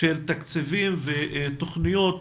של תקציבים ותוכניות,